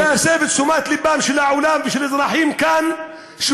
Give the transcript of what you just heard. להסב את תשומת הלב של העולם ושל האזרחים כאן לכך